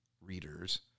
readers